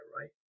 right